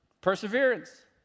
perseverance